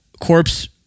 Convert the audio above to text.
Corpse